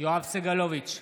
יואב סגלוביץ'